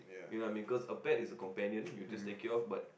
you know may cause a pet is a companion you just take care of but